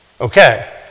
Okay